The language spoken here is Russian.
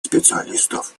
специалистов